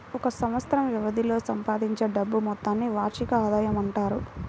ఒక సంవత్సరం వ్యవధిలో సంపాదించే డబ్బు మొత్తాన్ని వార్షిక ఆదాయం అంటారు